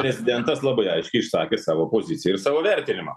prezidentas labai aiškiai išsakė savo poziciją ir savo vertinimą